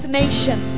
nation